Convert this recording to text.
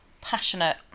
passionate